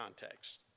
context